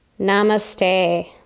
namaste